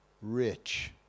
rich